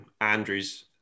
Andrews